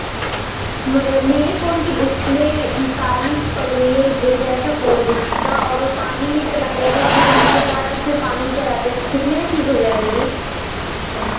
मेरे फोन की डिस्प्ले काली पड़ गयी है और गिर गया था फोन उसका और पानी में चला गया था फोन इसके कारण उसमें पानी भरा गया कितने में ठीक हो जाएगा ये